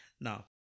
Now